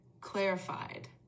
clarified